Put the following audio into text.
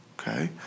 Okay